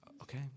Okay